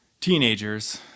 teenagers